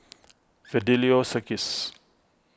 Fidelio Circus